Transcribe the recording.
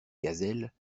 gazelles